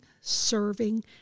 serving